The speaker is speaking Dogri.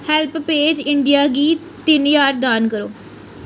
हैल्पपेज इंडिया गी तिन ज्हार दान करो